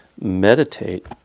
meditate